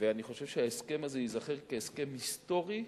אני חושב שההסכם הזה ייזכר כהסכם היסטורי,